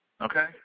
Okay